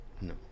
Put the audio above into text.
No